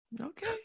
Okay